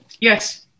Yes